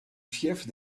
fief